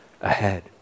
ahead